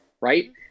Right